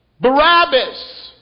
Barabbas